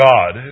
God